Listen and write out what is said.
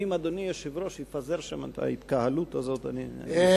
אם אדוני היושב-ראש יפזר שם את ההתקהלות הזאת אני אשמח.